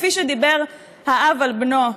כפי שדיבר האב על בנו,